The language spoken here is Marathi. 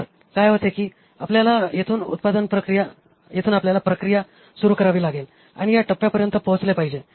तर काय होते की आपल्याला येथून प्रक्रिया सुरू करावी लागेल आणि या टप्प्यापर्यंत पोहोचले पाहिजे